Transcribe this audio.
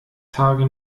tage